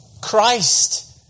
Christ